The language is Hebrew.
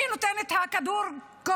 מי יורה את הכדור קודם.